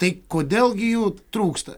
tai kodėl gi jų trūksta